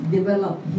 Develop